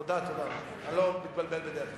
ומהמדיניות שלכם, אבל אם אתה בא ואומר לי כאן